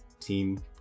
team